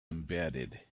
embedded